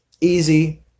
easy